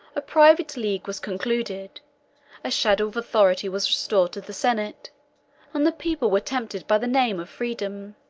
a private league was concluded a shadow of authority was restored to the senate and the people was tempted by the name of freedom.